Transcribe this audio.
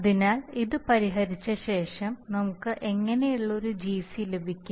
അതിനാൽ ഇത് പരിഹരിച്ച ശേഷം നമുക്ക് എങ്ങനെയുള്ള ഒരു Gc ലഭിക്കും